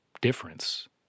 difference